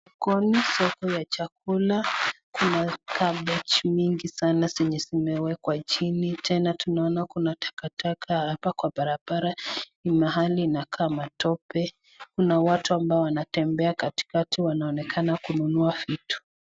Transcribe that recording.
Kuna soko ya chakula, kuna cabbage nyingi sana zenye zimeekwa chini tena tunaona kuna takataka hapa kwa barabara, ni mahali inakaa matope. Kuna watu ambao wanatembea katikati wanaonekana kununua vitu